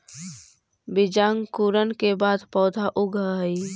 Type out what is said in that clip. बीजांकुरण के बाद पौधा उगऽ हइ